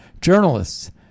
Journalists